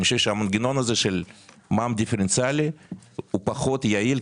אני חושב שהמנגנון הזה של מע"מ דיפרנציאלי הוא פחות יעיל,